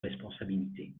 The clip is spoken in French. responsabilités